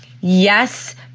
Yes